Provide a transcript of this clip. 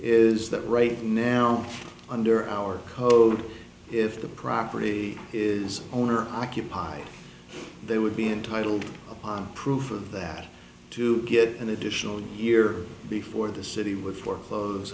is that right now under our code if the property is owner occupied they would be entitled upon proof of that to get an additional year before the city would foreclose